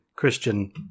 Christian